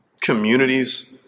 Communities